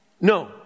No